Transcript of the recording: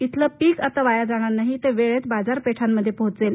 इथलं पीक आता वाया जाणार नाही ते वेळेत बाजारपेठेमध्ये पोहोचेल